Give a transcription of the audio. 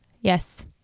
Yes